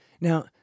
Now